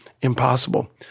impossible